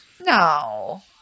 No